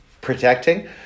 protecting